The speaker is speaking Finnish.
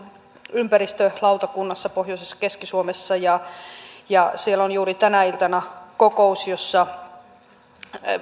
ympäristölautakunnassa pohjoisessa keski suomessa ja ja siellä on juuri tänä iltana kokous jossa